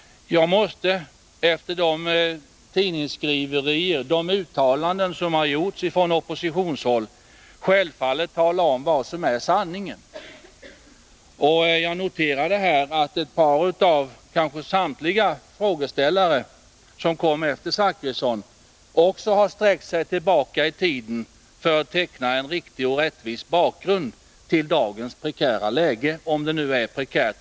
Efter de tidningsskriverier som har förekommit och de uttalanden som gjorts från oppositionshåll måste jag självfallet tala om vad som är sanningen. Och jag noterade här att de frågeställare som kom efter Bertil Zachrisson också sträckte sig tillbaka i tiden för att teckna en riktig och rättvis bakgrund till dagens prekära läge, om det nu är prekärt.